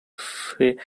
friend